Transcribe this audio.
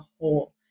whole